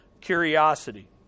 curiosity